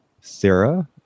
Sarah